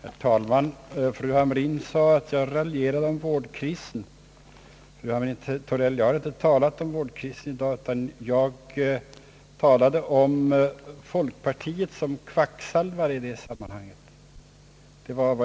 Herr talman! Fru Hamrin-Thorell sade att jag raljerade om vårdkrisen. Jag har inte talat om vårdkrisen i dag, utan jag talade om folkpartiet som kvacksalvare i det sammanhanget.